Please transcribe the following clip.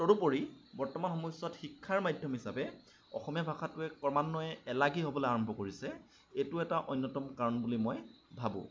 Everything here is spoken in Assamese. তদুপৰি বৰ্তমান সময়ছোৱাত শিক্ষাৰ মাধ্যম হিচাপে অসমীয়া ভাষাটোৱে ক্ৰমান্বয়ে এলাগী হ'বলৈ আৰম্ভ কৰিছে এইটো এটা অন্যতম কাৰণ বুলি মই ভাবোঁ